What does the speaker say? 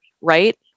right